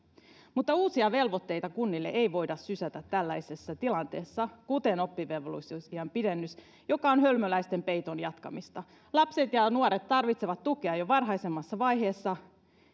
mutta uusia velvoitteita kunnille ei voida sysätä tällaisessa tilanteessa kuten oppivelvollisuusiän pidennystä joka on hölmöläisten peiton jatkamista lapset ja nuoret tarvitsevat tukea jo varhaisemmassa vaiheessa